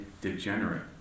degenerate